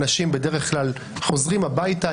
אנשים בדרך כלל חוזרים הביתה,